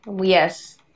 yes